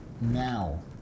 now